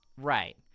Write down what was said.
Right